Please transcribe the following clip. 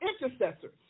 intercessors